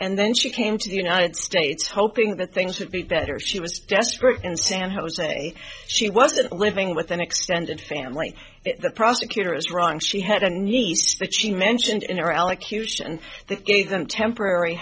and then she came to the united states hoping that things would be better she was desperate in san jose she wasn't living with an extended family the prosecutor is wrong she had a nice that she mentioned in her allocution that gave them temporary